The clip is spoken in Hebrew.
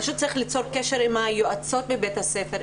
צריך פשוט ליצור קשר עם היועצות בבית הספר,